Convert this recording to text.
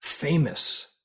famous